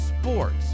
sports